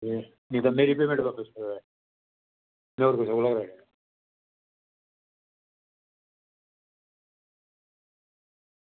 ते नेईं तां मेरी पेमेंट बापस करो में कुसै होर कोला कराई लैं